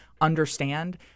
understand